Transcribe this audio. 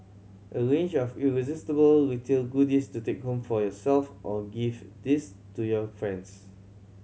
a range of irresistible retail goodies to take home for yourself or gift these to your friends